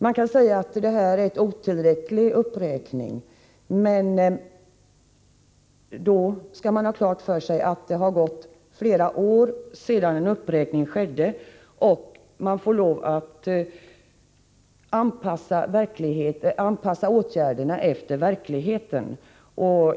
Man kan hävda att det är en otillräcklig uppräkning, men då skall man ha klart för sig att det har gått flera år sedan en uppräkning skedde och att man får lov att anpassa åtgärderna efter verkligheten.